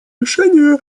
решения